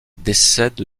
décède